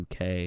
UK